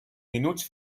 minuts